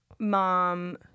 Mom